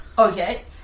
okay